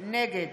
נגד